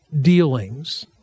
dealings